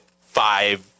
five